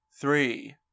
three